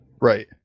Right